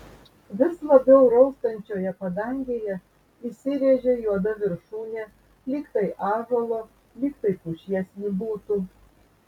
vis labiau raustančioje padangėje įsirėžė juoda viršūnė lyg tai ąžuolo lyg tai pušies ji būtų